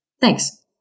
Thanks